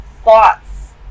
thoughts